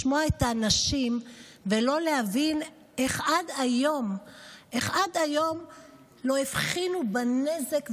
לשמוע את האנשים ולא להבין איך עד היום לא הבחינו בנזק.